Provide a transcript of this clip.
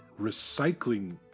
recycling